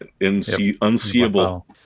Unseeable